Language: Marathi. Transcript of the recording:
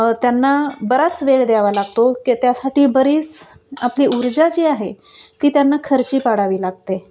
त्यांना बराच वेळ द्यावा लागतो की त्यासाठी बरीच आपली ऊर्जा जी आहे ती त्यांना खर्ची पाडावी लागते